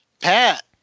Pat